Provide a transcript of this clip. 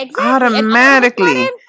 automatically